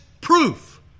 proof